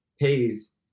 pays